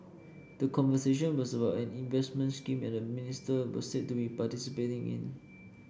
the conversation was about an investment scheme and the minister was said to be participating in